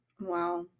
Wow